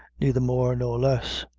neither more nor less,